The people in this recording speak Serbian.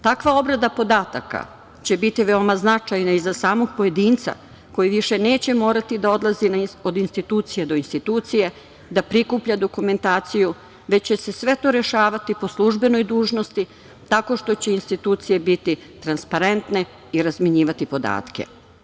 Takva obrada podataka će biti veoma značajna i za samog pojedinca koji više neće morati da odlazi od institucije do institucije, da prikuplja dokumentaciju već će se sve to rešavati po službenoj dužnosti tako što će institucije biti transparentne i razmenjivati podatke.